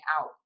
out